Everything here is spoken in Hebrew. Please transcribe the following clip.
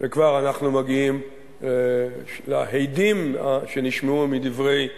- וכבר אנחנו מגיעים להדים שנשמעו מדברי המציעים,